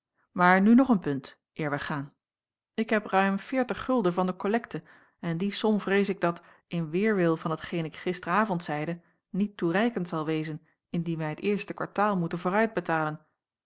maar nu nog een punt eer wij gaan ik heb ruim van de kollekte en die som vrees ik dat in weêrwil van hetgeen ik gisteren avond zeide niet toereikend zal wezen indien wij het eerste kwartaal moeten